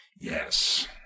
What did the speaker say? Yes